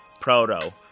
Proto